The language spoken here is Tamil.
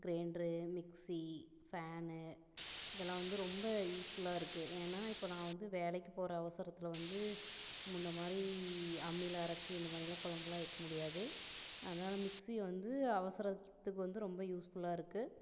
கிரைண்டர் மிக்சி ஃபேன் இதெல்லாம் வந்து ரொம்ப யூஸ்ஃபுல்லாக இருக்குது ஏன்னா இப்போ நான் வந்து வேலைக்கு போகிற அவசரத்தில் வந்து முன்ன மாதிரி அம்மியில அரைச்சி இந்த மாரிலாம் கொழம்புலாம் வைக்க முடியாது அதனால் மிக்சி வந்து அவசரத்துக்கு வந்து ரொம்ப யூஸ்ஃபுல்லாக இருக்குது